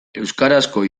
euskarazko